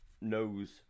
knows